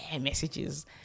messages